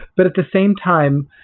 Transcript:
but at the same time,